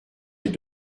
les